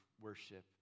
worship